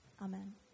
Amen